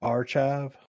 Archive